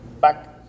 back